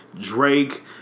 Drake